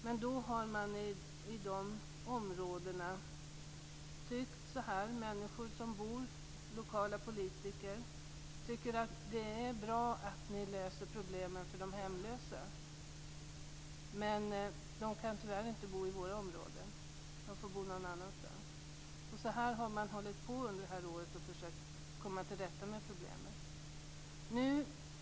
Men människor som bor i områdena och de lokala politikerna tycker visserligen att det är bra att man skall lösa problemen för de hemlösa, men de säger också att de hemlösa tyvärr inte kan bo i deras område. Så här har det varit under året då man försökt komma till rätta med problemen.